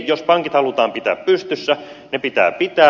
jos pankit halutaan pitää pystyssä ne pitää pitää